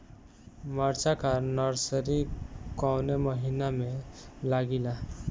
मिरचा का नर्सरी कौने महीना में लागिला?